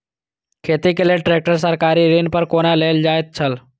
खेती के लेल ट्रेक्टर सरकारी ऋण पर कोना लेल जायत छल?